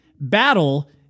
battle